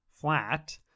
flat